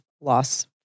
loss